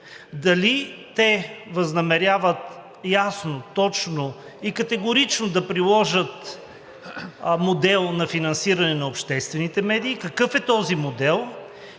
дали те възнамеряват ясно, точно и категорично да приложат модел на финансиране на обществените медии, какъв е този модел,